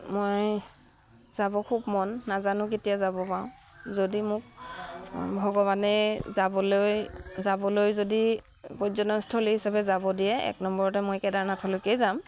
মই যাব খুব মন নাজানো কেতিয়া যাব পাওঁ যদি মোক ভগৱানে যাবলৈ যাবলৈ যদি পৰ্যটনস্থলী হিচাপে যাব দিয়ে এক নম্বৰতে মই কেদাৰনাথলৈকে যাম